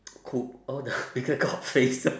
cou~ all the bigger face them